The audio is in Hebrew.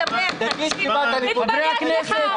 תתבייש לך.